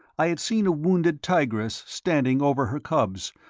i had seen a wounded tigress standing over her cubs,